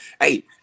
Hey